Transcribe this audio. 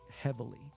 heavily